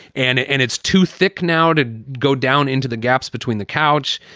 and and it's too thick now to go down into the gaps between the couch.